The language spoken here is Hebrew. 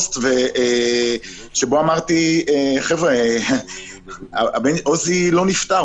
פוסט שבו אמרתי שעוז לא נפטר,